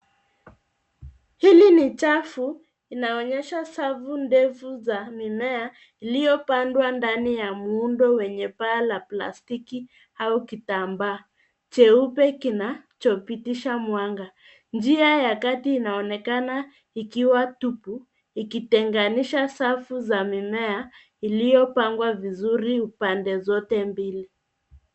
Hili ni chafu inaonyesha safu ndefu za mimea iliopandwa ndani ya muundo wenye pala plastiki au kitambaa cheupe kinachopitisha mwanga. Njia ya kati inaonekana ikiwa tupu, ikitenganisha safu za mimea iliyopangwa vizuri upande zote mbili.